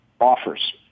Offers